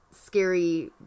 scary